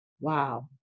Wow